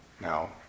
Now